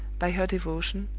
by her devotion,